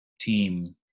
team